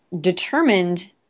determined